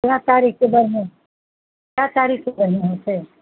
कै तारीखके बढ़िआँ कै तारीखके बढ़िआँ होयतै